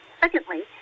Secondly